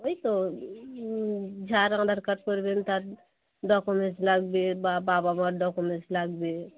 ওই তো যার আধার কার্ড করবেন তার ডকুমেন্টস লাগবে বা বাবা মার ডকুমেন্টস লাগবে